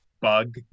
bug